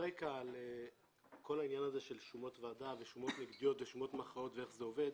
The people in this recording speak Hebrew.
אני אתן קצת רקע על כל העניין של שומות ועדה ואיך זה עובד.